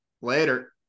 Later